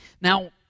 Now